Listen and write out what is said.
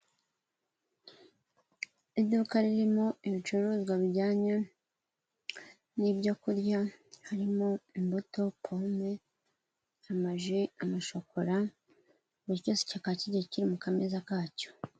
Iduka ririmo ibicuruzwa bijyanye n'ibyokurya harimo: imbuto, pome, ama ji, amashokora, buri cyose kikaba kigiye kiri mu kameza kacyo.